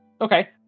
Okay